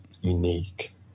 unique